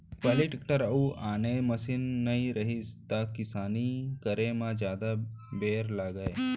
पहिली टेक्टर अउ आने मसीन नइ रहिस त किसानी करे म जादा बेर लागय